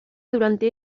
durante